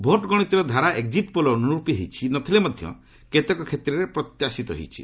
vote ଗଣତିର ଧାରା exit poll ଅନୁରୂପୀ ହୋଇନଥିଲେ ମଧ୍ୟ କେତେକ କ୍ଷେତ୍ରରେ ପ୍ରତ୍ୟାଶିତ ହୋଇଛି